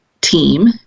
team